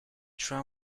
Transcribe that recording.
tram